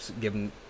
given